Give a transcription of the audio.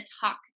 talk